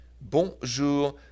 Bonjour